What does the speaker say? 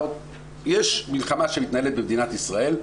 יש מלחמה שמתנהלת במדינת ישראל,